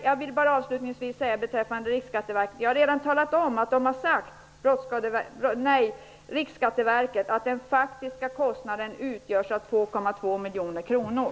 Jag vill avsluta med att ta upp Riksskatteverket. Jag har redan talat om att Riksskatteverket har sagt att den faktiska kostnaden utgörs av 2,2 miljoner kronor.